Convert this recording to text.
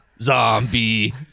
Zombie